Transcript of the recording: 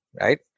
right